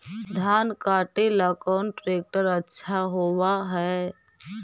धान कटे ला कौन ट्रैक्टर अच्छा होबा है?